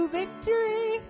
victory